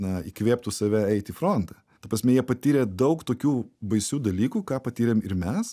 na įkvėptų save eit į frontą ta prasme jie patyrė daug tokių baisių dalykų ką patyrėm ir mes